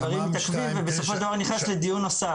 הדברים מתעכבים ובסופו של דבר הוא נכנס לדיון נוסף.